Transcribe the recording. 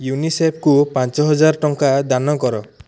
ୟୁନିସେଫ୍କୁ ପାଞ୍ଚହଜାରେ ଟଙ୍କା ଦାନ କର